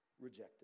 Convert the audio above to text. rejected